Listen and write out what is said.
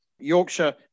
Yorkshire